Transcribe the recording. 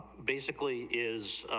basically is,